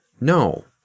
No